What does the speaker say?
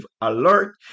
alert